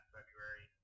February